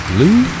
Blue